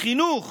בחינוך